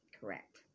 Correct